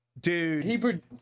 Dude